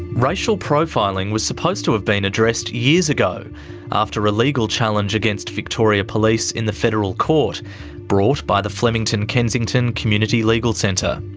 racial profiling was supposed to have been addressed years ago after a legal challenge against victoria police in the federal court brought by the flemington kensington community legal centre.